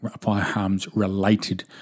firearms-related